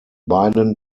beiden